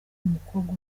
umukobwa